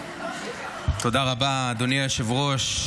תודה רבה, אדוני היושב-ראש.